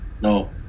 No